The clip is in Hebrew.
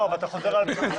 לא, אבל אתה חוזר על עצמך.